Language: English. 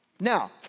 Now